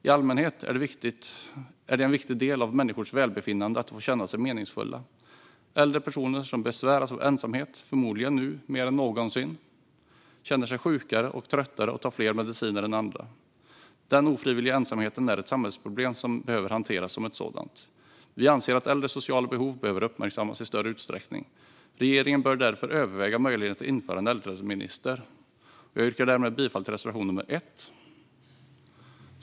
I allmänhet är det en viktig del av människors välbefinnande att de får känna sig meningsfulla. Äldre personer som besväras av ensamhet, förmodligen nu mer än någonsin, känner sig sjukare och tröttare och tar fler mediciner än andra. Den ofrivilliga ensamheten är ett samhällsproblem som behöver hanteras som ett sådant. Vi anser att äldres sociala behov behöver uppmärksammas i större utsträckning. Regeringen bör därför överväga möjligheterna att införa en äldreminister. Jag yrkar därmed bifall till reservation nummer l.